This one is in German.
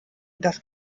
das